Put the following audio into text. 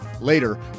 Later